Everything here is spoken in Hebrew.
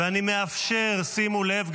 שימו לב,